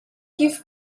kif